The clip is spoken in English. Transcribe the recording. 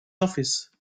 office